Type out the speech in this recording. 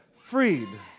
freed